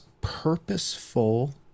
purposeful